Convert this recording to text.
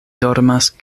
dormas